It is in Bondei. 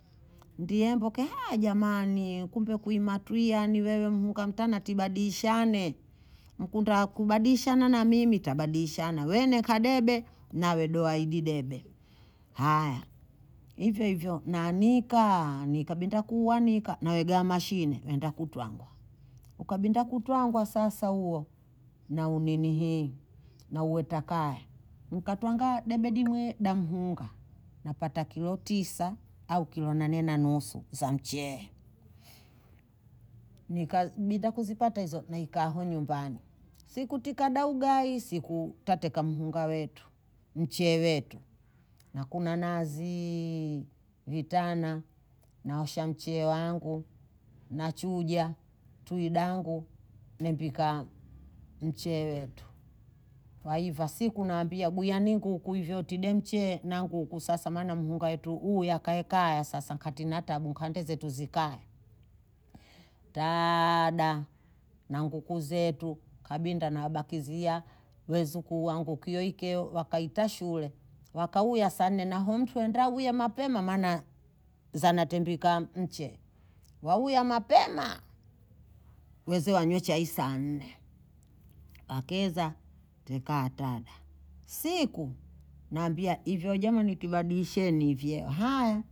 Ndiye mboke, haa jamani, kumpe kuimatuia ni wewe mhuka mta na tibadishane. Mkunta kubadishana na mimi, tabadishana. Wene kadebe na we doa ididebe. Haya. Ife ifyo, na nika, nika binta kuwa nika na wegea mashine, wenda kutuangwa. Uka binta kutuangwa sasa uo, na uninihi, na uetakae. Mkatuangwa debedi mwe da mhunga, na pata kilo tisa au kilo nanenanusu za mchie. Nikazimida kuzipata hizo na hikaho nyumbani. Siku tika dawgai, siku tateka mhunga wetu, mchie wetu. Na kuna naziii vitana, na osha mchie wangu, na chuja, tuidangu, nebika mchie wetu. Waiva, siku naambia, nguya niku, kuhivyo tidemchie. Na nguku, sasa mana mhunga wetu. Uo yakae kaya, sasa katinata, mkanteze tuzikae. Taaada, na nguku zetu, kabinda na abakizia, wezu kuwangu kiyoikeo. Wakaita shule, wakauya sane na ho to endra, uya mapema, mana zanatembika mchie. Wa uya mapema, wezu wanyocha isane. Wakeza, teka atada. Siku, naambia, ifyo jama nikibadishe nivyo haya.